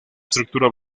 estructura